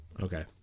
Okay